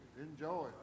Enjoy